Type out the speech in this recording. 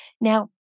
Now